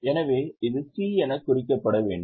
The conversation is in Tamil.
எனவே இது C என குறிக்கப்பட வேண்டும்